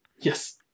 Yes